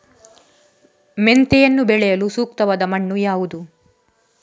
ಮೆಂತೆಯನ್ನು ಬೆಳೆಯಲು ಸೂಕ್ತವಾದ ಮಣ್ಣು ಯಾವುದು?